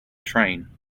train